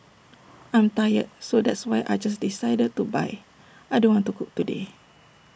I'm tired so that's why I just decided to buy I don't want to cook today